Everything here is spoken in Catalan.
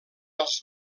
els